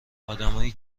ادمایی